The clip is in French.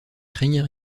craignez